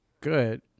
good